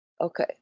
Okay